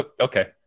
Okay